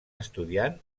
estudiant